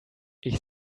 ich